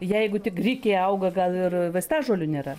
jeigu tik grikiai auga gal ir vaistažolių nėra